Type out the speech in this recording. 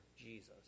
jesus